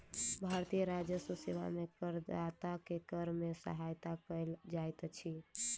भारतीय राजस्व सेवा में करदाता के कर में सहायता कयल जाइत अछि